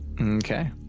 okay